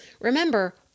Remember